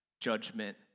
judgment